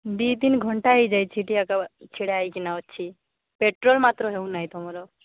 ଦୁଇ ତିନି ଘଣ୍ଟା ହୋ ହୋଇଯାଇଛି ଛିଡ଼ା ହୋଇକିନା ଅଛି ପେଟ୍ରୋଲ୍ ମାତ୍ର ହେଉନାହିଁ ତମର